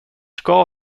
ska